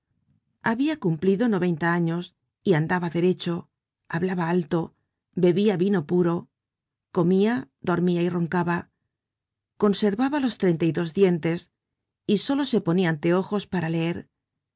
book search generated at y andaba derecho hablaba alto bebia vino puro comia dormia y roncaba conservaba los treinta y dos dientes y solo se ponia anteojos para leer